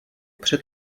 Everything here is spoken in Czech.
před